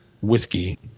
whiskey